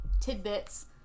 tidbits